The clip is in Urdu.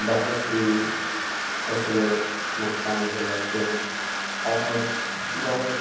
بہت سی فصلیں نقصان ہو جاتے ہیں اور بہت